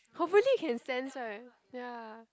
hopefully you can sense right ya